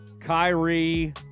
Kyrie